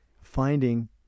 finding